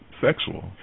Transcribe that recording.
sexual